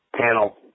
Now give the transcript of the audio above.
panel